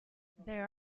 there